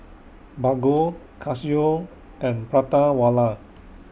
Bargo Casio and Prata Wala